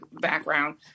background